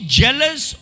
jealous